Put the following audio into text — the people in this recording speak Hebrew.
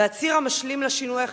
והציר המשלים לשינוי החברתי,